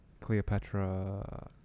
Cleopatra